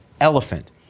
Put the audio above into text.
elephant